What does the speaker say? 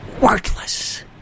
Worthless